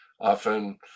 often